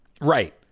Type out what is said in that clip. Right